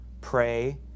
pray